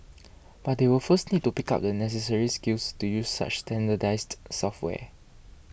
but they will first need to pick up the necessary skills to use such standardized software